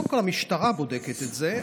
קודם כול המשטרה בודקת את זה,